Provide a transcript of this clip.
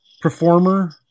performer